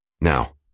Now